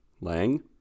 Lang